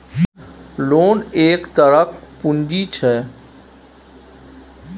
loan एक तरहक पुंजी छै